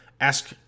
ask